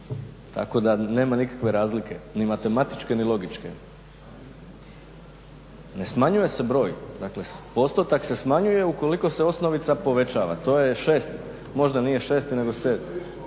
tako da nema nikakve razlike ni matematičke ni logičke. Ne smanjuje se broj, dakle postotak se smanjuje ukoliko se osnovica povećava. To je 6 možda nije 6.nego